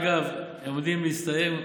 אגב, הם עומדים להסתיים.